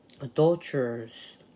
Adulterers